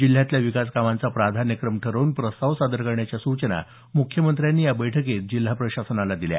जिल्ह्यातल्या विकासकामांचा प्राधान्यक्रम ठरवून प्रस्ताव सादर करण्याच्या सूचना मुख्यमंत्र्यांनी या बैठकीत जिल्हा प्रशासनाला दिल्या